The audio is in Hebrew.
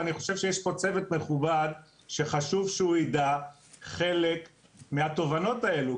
אני חושב שיש פה צוות מכובד שחשוב שהוא ידע חלק מהתובנות האלו,